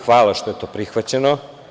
Hvala što je to prihvaćeno.